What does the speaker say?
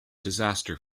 disaster